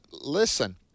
listen